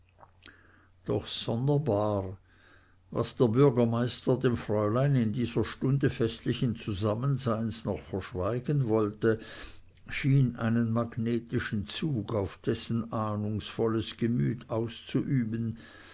doch sonderbar was der bürgermeister dem fräulein in dieser stunde festlichen zusammenseins noch verschweigen wollte schien einen magnetischen zug auf dessen ahnungsvolles gemüt auszuüben